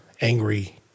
angry